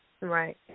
Right